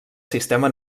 sistema